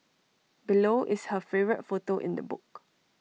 below is her favourite photo in the book